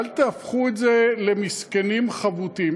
אל תהפכו את זה למסכנים חבוטים.